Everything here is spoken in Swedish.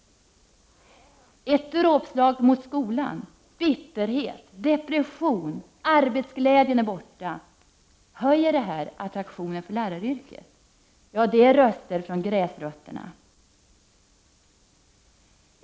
Ett dråpslag mot skolan. Bitterhet. Depression. Arbetsglädjen borta. Höjer detta attraktionen för läraryrket? — Det är röster från gräsrötterna.